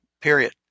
period